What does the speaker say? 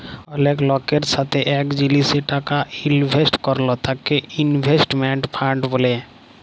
অলেক লকের সাথে এক জিলিসে টাকা ইলভেস্ট করল তাকে ইনভেস্টমেন্ট ফান্ড ব্যলে